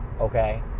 okay